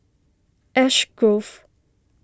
Ash Grove